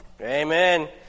Amen